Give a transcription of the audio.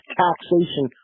taxation